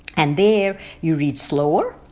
and there, you read slower.